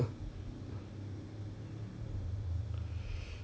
because the thing is but 你是现在全部人你一个人还 right